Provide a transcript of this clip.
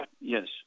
Yes